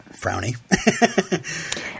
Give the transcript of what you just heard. frowny